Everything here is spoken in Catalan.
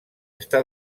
està